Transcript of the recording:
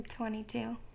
22